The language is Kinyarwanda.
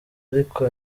ariko